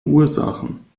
ursachen